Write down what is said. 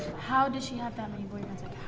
how does she have that many boyfriends,